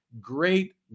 Great